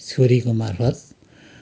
छोरीको मार्फत